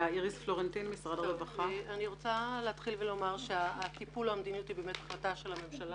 אני רוצה לומר שהטיפול או המדיניות היא באמת החלטה של הממשלה